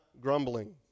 grumbling